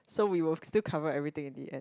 so we will still cover everything in the end